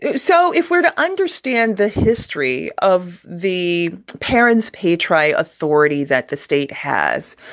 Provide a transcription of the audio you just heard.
so if we're to understand the history of the parents pay, try authority that the state has.